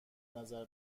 نظر